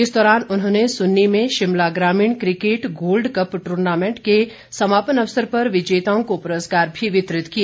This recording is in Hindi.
इस दौरान उन्होंने सुन्नी में शिमला ग्रामीण क्रिकेट गोल्ड कप टूर्नामेंट के समापन अवसर पर विजेताओं को पुरस्कार भी वितरित किए